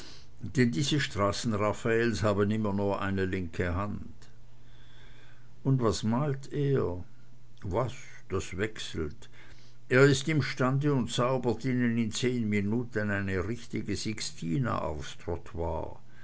denn diese straßen raffaels haben immer nur eine linke hand und was malt er was das wechselt er ist imstande und zaubert ihnen in zehn minuten eine richtige sixtina aufs